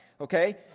Okay